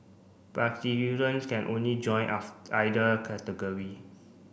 can only join us either category